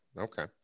Okay